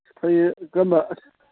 ꯐꯩꯌꯦ ꯀꯔꯝꯕ ꯑꯁ